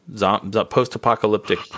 post-apocalyptic